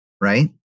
right